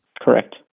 Correct